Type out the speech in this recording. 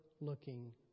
looking